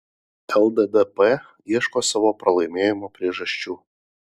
lddp ieško savo pralaimėjimo priežasčių